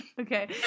Okay